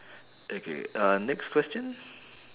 okay uh next question